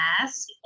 ask